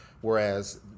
Whereas